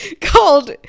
called